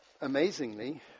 amazingly